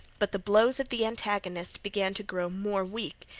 but the blows of the antagonist began to grow more weak.